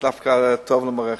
דווקא טוב למערכת.